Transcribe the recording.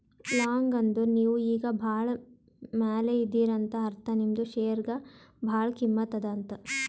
long ಅಂದುರ್ ನೀವು ಈಗ ಭಾಳ ಮ್ಯಾಲ ಇದೀರಿ ಅಂತ ಅರ್ಥ ನಿಮ್ದು ಶೇರ್ಗ ಭಾಳ ಕಿಮ್ಮತ್ ಅದಾ ಅಂತ್